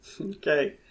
Okay